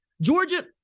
Georgia